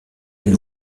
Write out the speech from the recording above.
une